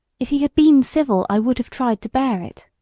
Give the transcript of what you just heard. if he had been civil i would have tried to bear it.